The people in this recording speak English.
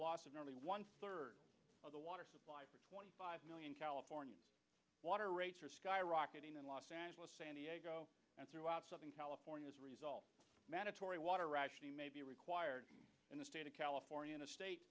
loss of nearly one third of the water supply five million california water rates are skyrocketing in los angeles san diego and throughout southern california as a result mandatory water rationing may be required in the state of california in a state